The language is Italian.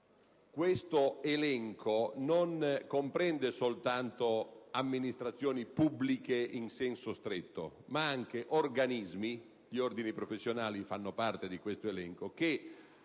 quale non comprende soltanto le amministrazioni pubbliche in senso stretto, ma anche gli organismi - gli ordini professionali fanno parte di detto elenco - che